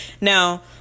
Now